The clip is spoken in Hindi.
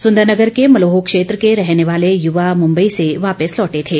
सुंदरनगर के मलोह क्षेत्र के रहने वाले युवा मुंबई से वापस लौटे थे